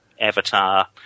avatar